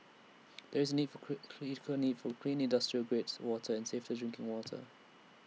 there is A need for critical need for clean industrial grades water and safer drinking water